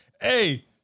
Hey